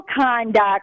conduct